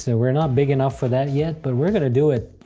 so we're not big enough for that yet, but we're gonna do it.